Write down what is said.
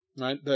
right